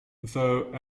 though